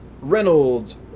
Reynolds